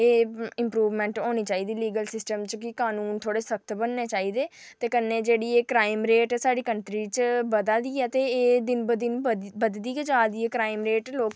ते इम्प्रूवमेंट होनी चाहिदी लीगल सिस्टम च रूल सख्त बनने चाहिदे ते कन्नै एह् जेह्ड़ी क्राईम रेट साढ़ी कंट्री च बधा दी ऐ ते एह् दिन ब दिन बधदी गै जा दी ऐ क्राईम रेट